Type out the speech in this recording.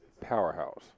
powerhouse